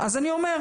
אז אני אומר,